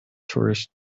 tourist